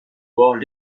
bords